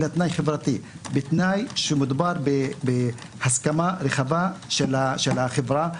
אלא תנאי חברתי שמדובר בהסכמה רחבה של החברה,